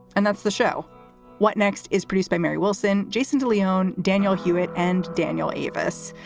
and that's the show what next is produced by mary wilson, jason de leon, daniel hewitt and daniel eavis.